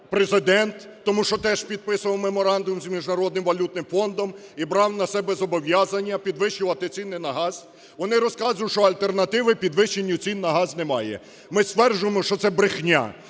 Президент, тому що теж підписував меморандум з Міжнародним валютним фондом і брав на себе зобов'язання підвищувати ціни на газ, вони розказують, що альтернативи підвищенню цін на газ немає. Ми стверджуємо, що це брехня.